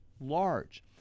large